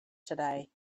today